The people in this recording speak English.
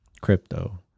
crypto